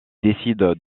décide